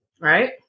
Right